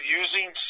using